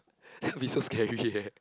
that will be so scary eh